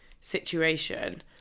situation